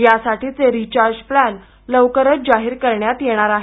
यासाठीचे recharge plan लवकरच जाहीर करण्यात येणार आहेत